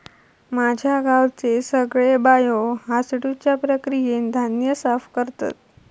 माझ्या गावचे सगळे बायो हासडुच्या प्रक्रियेन धान्य साफ करतत